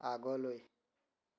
আগলৈ